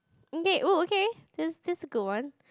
okay oh okay that's that's a good one